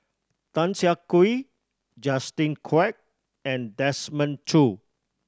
Tan Siah Kwee Justin Quek and Desmond Choo